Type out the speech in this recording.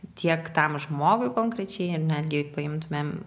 tiek tam žmogui konkrečiai ir netgi paimtumėm